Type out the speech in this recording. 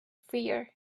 fear